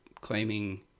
claiming